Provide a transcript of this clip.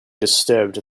disturbed